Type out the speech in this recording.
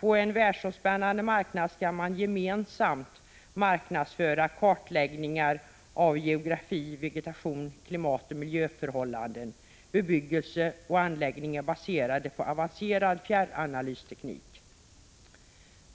På en världsomspännande marknad skall man gemensamt marknadsföra kartläggningar av geografi, vegetation, klimatoch miljöförhållanden, bebyggelse och anläggningar baserade på avancerad fjärranalysteknik.